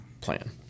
plan